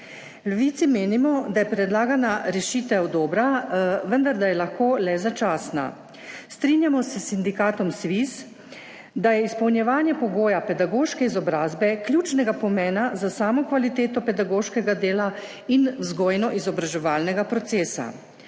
Levici menimo, da je predlagana rešitev dobra, vendar da je lahko le začasna. Strinjamo se s sindikatom SVIZ, da je izpolnjevanje pogoja pedagoške izobrazbe ključnega pomena za samo kvaliteto pedagoškega dela in vzgojno izobraževalnega procesa.